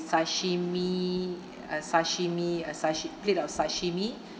sashimi a sashimi a sashi~ plate of sashimi